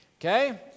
okay